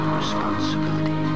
responsibility